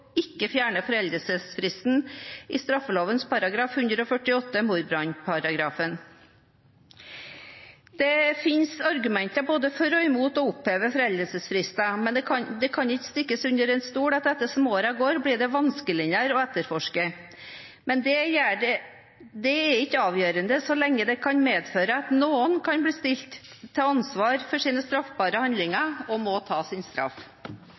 fjerne foreldelsesfristen i straffeloven § 148, mordbrannparagrafen. Det finnes argumenter både for og imot å oppheve foreldelsesfrister, men det kan ikke stikkes under stol at ettersom årene går, blir det vanskeligere å etterforske. Men det er ikke avgjørende så lenge det kan medføre at noen kan bli stilt til ansvar for sine straffbare handlinger og må ta sin straff.